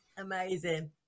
amazing